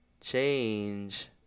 change